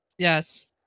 Yes